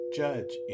judge